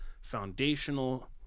foundational